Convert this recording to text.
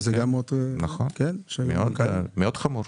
מאוד-מאוד חמור.